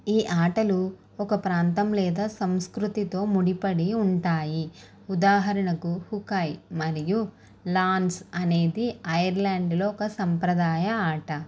ఈ ఆటలు ఒక ప్రాంతం లేదా సంస్కృతితో ముడిపడి ఉంటాయి ఉదాహరణకు హుకాయ్ మరియు లాన్స్ అనేది ఐర్లాండులో ఒక సంప్రదాయ ఆట